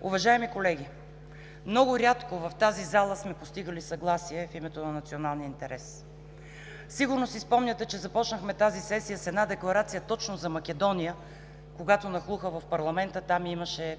Уважаеми колеги, много рядко в тази зала сме постигали съгласие в името на националния интерес. Сигурно си спомняте, че започнахме тази сесия с една декларация точно за Македония, когато нахлуха в парламента – там имаше